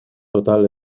total